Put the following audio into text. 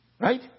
Right